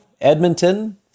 Edmonton